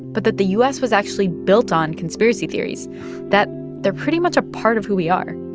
but that the u s. was actually built on conspiracy theories that they're pretty much a part of who we are